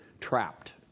trapped